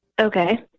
Okay